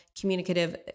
communicative